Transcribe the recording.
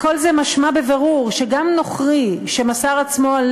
מכל זה משמע בבירור שגם נוכרי שמסר עצמו על